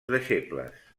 deixebles